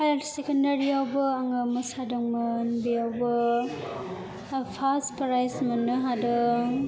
higher secondary आवबो आङो मोसादोंमोन बेयावबो फार्स्ट प्राइज मोननो हादों